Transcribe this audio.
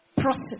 process